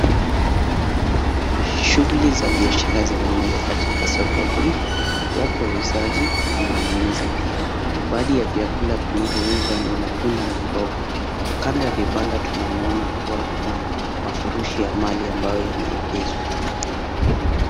Shuguli za biashara zimenoga katika soko hii. Wapo wauzaji na wanunuzi pia. Baadhi ya vyakula vinavyouzwa ni matunda na mboga. Kando ya vibanda tunamuona kuwa kuna mafurushi ya mali ambayo yameegezwa.